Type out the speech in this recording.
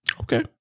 okay